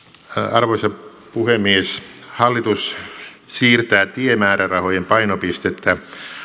arvoisa puhemies hallitus siirtää tiemäärärahojen painopistettä